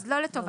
אז לא לטובה,